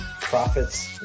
profits